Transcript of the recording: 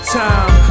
time